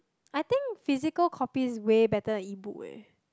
I think physical copies way better than EBook eh